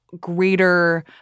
greater